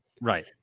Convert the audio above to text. Right